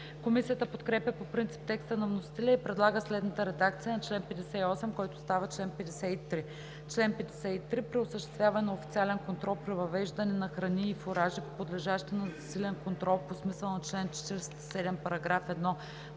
Комисията подкрепя по принцип текста на вносителя и предлага следната редакция на чл. 58, който става чл. 53: „Чл. 53. При осъществяване на официален контрол при въвеждане на храни и фуражи, подлежащи на засилен контрол по смисъла на чл. 47, параграф 1,